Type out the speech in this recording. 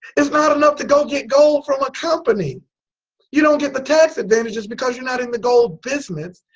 it's not enought to go get gold from a company you don't get the tax advantages because you're not in the gold business.